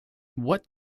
what